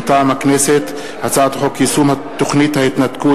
מטעם הכנסת: הצעת חוק יישום תוכנית ההתנתקות